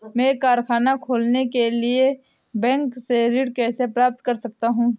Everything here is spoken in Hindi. मैं कारखाना खोलने के लिए बैंक से ऋण कैसे प्राप्त कर सकता हूँ?